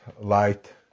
light